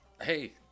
Hey